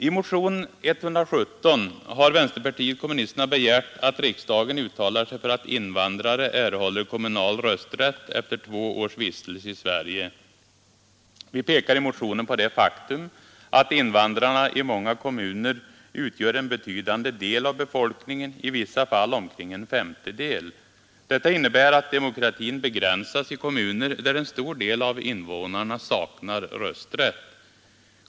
I motionen 117 har vänsterpartiet kommunisterna begärt att riksdagen uttalar sig för att invandrare erhåller kommunal rösträtt efter två års vistelse i Sverige. Vi pekar i motionen på det faktum att invandrarna i många kommuner utgör en betydande del av befolkningen, i vissa fall omkring en femtedel. Detta innebär att demokratin begränsas i kommuner där en stor del av invånarna saknar rösträtt.